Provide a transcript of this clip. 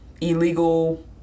illegal